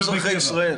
לא אזרחי ישראל.